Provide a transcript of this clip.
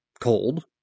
cold